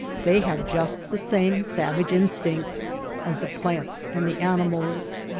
they have just the same savage instincts as the plants and the animals.